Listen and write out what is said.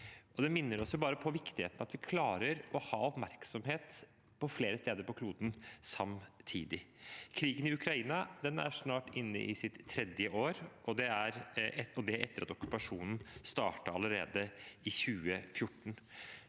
Det minner oss bare på viktigheten av at vi klarer å ha oppmerksomhet på flere steder på kloden samtidig. Krigen i Ukraina er snart inne i sitt tredje år, og det etter at okkupasjonen startet allerede i 2014.